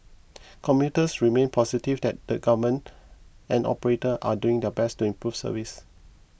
commuters remained positive that the government and operators are doing their best to improve service